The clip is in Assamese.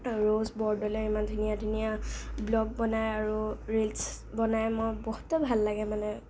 ৰৌচ বৰদলৈয়ে ইমান ধুনীয়া ধুনীয়া ব্লগ বনায় আৰু ৰিলচ বনায় মোৰ বহুতো ভাল লাগে মানে